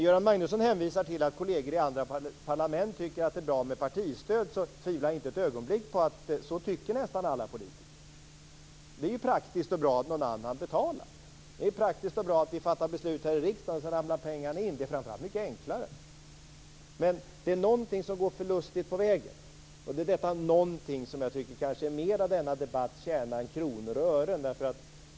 Göran Magnusson hänvisar till att kolleger i andra parlament tycker att det är bra med partistöd. Jag tvivlar inte ett ögonblick på att nästan alla politiker tycker så. Det är praktiskt och bra att någon annan betalar. Det är praktiskt och bra att vi fattar beslut här i riksdagen, och sedan ramlar pengarna in. Det är framför allt mycket enklare. Men det är någonting som går förlustigt på vägen. Det är detta någonting som jag tycker kanske mer är denna debatts kärna än kronor och ören.